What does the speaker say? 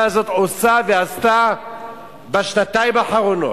הזאת עשתה ועושה בשנתיים האחרונות,